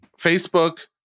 Facebook